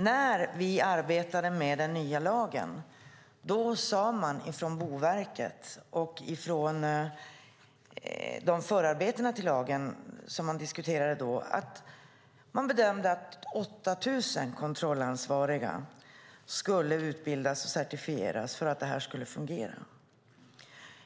När vi arbetade med den nya lagen sade man från Boverket och i förarbetena till lagen, som då diskuterades, att man bedömde att 8 000 kontrollansvariga skulle utbildas och certifieras för att det här skulle fungera.